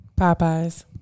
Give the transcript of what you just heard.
Popeyes